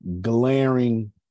glaring